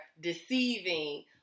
deceiving